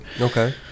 Okay